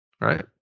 right